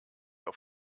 auf